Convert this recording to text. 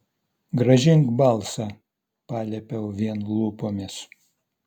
grąžink balsą paliepiau vien lūpomis